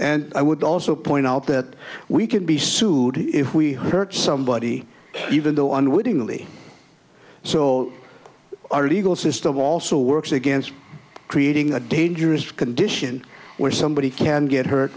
and i would also point out that we can be sued if we hurt somebody even though unwittingly so our legal system also works against creating a dangerous condition where somebody can get hurt